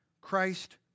Christ